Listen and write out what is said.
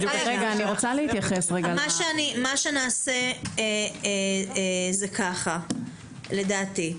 מה שנעשה, לדעתי,